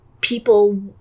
people